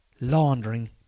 laundering